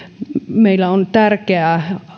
meillä on tärkeää